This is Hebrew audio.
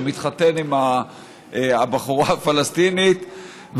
שמתחתן עם הבחורה הפלסטינית,